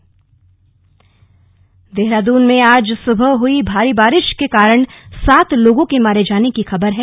मौसम देहरादून में आज सुबह हुई भारी बारिश के कारण सात लोगों के मारे जाने की खबर है